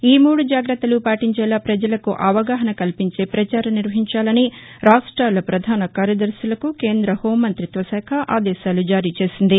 ఈ మూడు జాగ్రత్తలు పాటించేలా పజలకు అవగాహన కల్పించే ప్రపచారం నిర్వహించాలని రాష్ట్లాల ప్రధాన కార్యదర్శులకు కేంద్ర హోం శాఖ ఆదేశాలు జారీ చేసింది